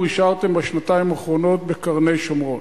אישרתם בשנתיים האחרונות בקרני-שומרון?